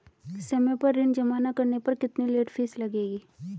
समय पर ऋण जमा न करने पर कितनी लेट फीस लगेगी?